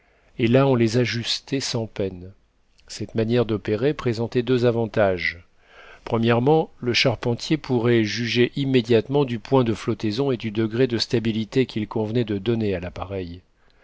et là on les ajustait sans peine cette manière d'opérer présentait deux avantages le charpentier pourrait juger immédiatement du point de flottaison et du degré de stabilité qu'il convenait de donner à l'appareil